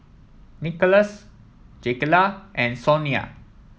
Nikolas Jakayla and Sonya